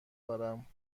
دارم